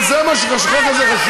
הינה.